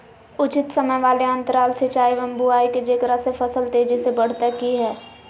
उचित समय वाले अंतराल सिंचाई एवं बुआई के जेकरा से फसल तेजी से बढ़तै कि हेय?